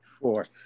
Four